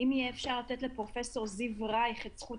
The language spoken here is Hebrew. אם יהיה אפשר לתת לפרופ' זיו רייך את זכות